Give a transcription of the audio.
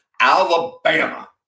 Alabama